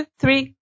three